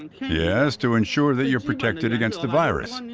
yes, to ensure that you are protected against the virus.